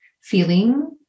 feeling